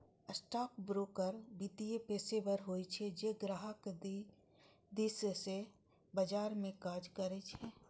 stockbroker वित्तीय पेशेवर होइ छै, जे ग्राहक दिस सं बाजार मे काज करै छै